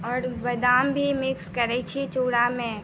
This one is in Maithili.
आओर बादाम भी मिक्स करै छिए चूड़ामे